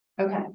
Okay